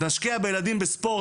להשקיע בילדים בספורט,